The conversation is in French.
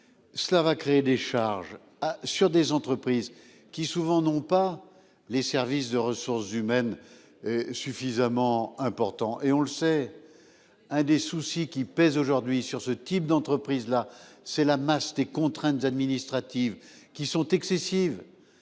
Cela va créer des charges sur des entreprises qui souvent n'ont pas les services de ressources humaines. Suffisamment important et on le sait. Un des soucis qui pèse aujourd'hui sur ce type d'entreprise là, c'est la masse des contraintes administratives qui sont excessives.